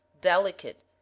delicate